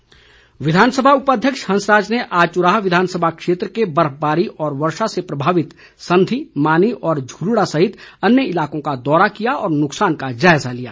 हंसराज विधानसभा उपाध्यक्ष हंसराज ने आज चुराह विधानसभा क्षेत्र के बर्फबारी व वर्षा से प्रभावित संधी मानी और झूलड़ा सहित अन्य इलाकों का दौरा किया और नुक्सान का जायजा लिया